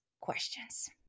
questions